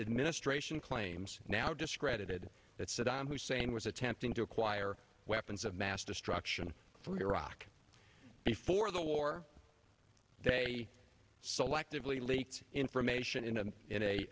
administration claims now discredited that saddam hussein was attempting to acquire weapons of mass destruction from iraq before the war they selectively leaked information in a in a